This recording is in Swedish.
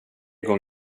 gång